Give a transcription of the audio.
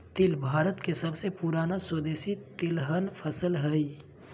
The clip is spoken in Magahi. तिल भारत के सबसे पुराना स्वदेशी तिलहन फसल हइ